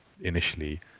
initially